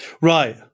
Right